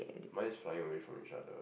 mine is flying away from each other